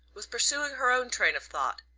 was pursuing her own train of thought.